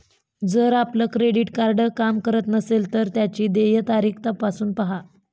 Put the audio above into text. जर आपलं credit card काम करत नसेल तर त्याची देय तारीख तपासून पाहा